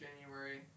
January